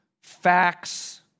facts